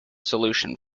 solution